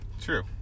True